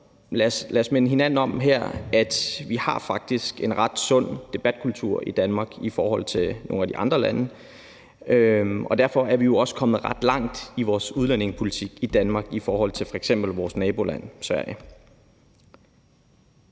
lad os lige minde hinanden om her, at vi faktisk har en ret sund debatkultur i Danmark i forhold til nogle af de andre lande, og derfor er vi jo også kommet ret langt i vores udlændingepolitik i Danmark i forhold til f.eks. vores naboland Sverige.